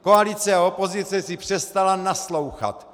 Koalice a opozice si přestaly naslouchat.